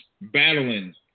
battling